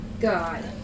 God